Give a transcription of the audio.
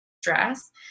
stress